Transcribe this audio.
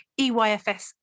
EYFS